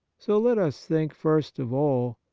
so let us think, first of all,